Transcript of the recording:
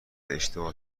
اشتباه